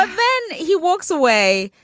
ah then he walks away.